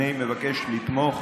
אני מבקש לתמוך